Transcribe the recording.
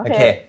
Okay